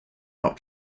out